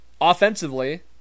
offensively